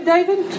David